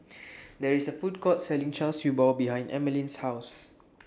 There IS A Food Court Selling Char Siew Bao behind Emmaline's House